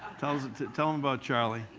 tell them tell them about charlie.